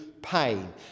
pain